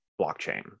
blockchain